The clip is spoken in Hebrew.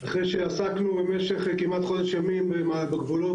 אחרי שעסקנו במשך כמעט חודש ימים בגבולות,